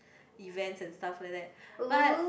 events and stuff like that but